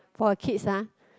for kids ah